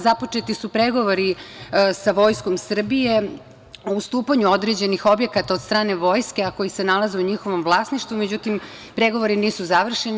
Započeti su pregovori sa Vojskom Srbije o ustupanju određenih objekata od strane vojske, a koji se nalaze u njihovom vlasništvu, međutim, pregovori nisu završeni.